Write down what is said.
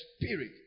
Spirit